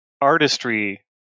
artistry